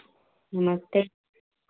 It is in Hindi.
नमस्ते